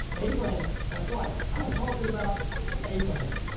abraham, that's right. i'm talking about abraham.